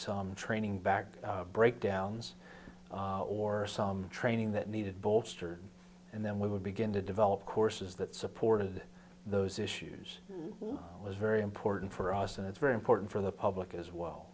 some training back breakdowns or some training that needed bolster and then we would begin to develop courses that supported those issues was very important for us and it's very important for the public as well